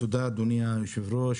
תודה, אדוני היושב-ראש,